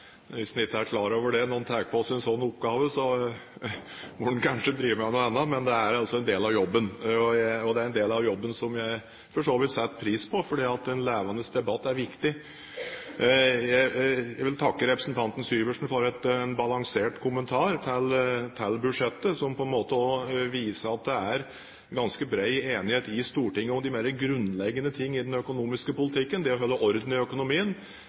det er en del av jobben som jeg for så vidt setter pris på, for en levende debatt er viktig. Jeg vil takke representanten Syversen for en balansert kommentar til budsjettet, som på en måte også viser at det er ganske bred enighet i Stortinget om de mer grunnleggende ting i den økonomiske politikken – det å holde orden i økonomien,